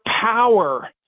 power